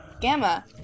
Gamma